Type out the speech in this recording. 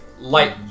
Light